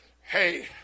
Hey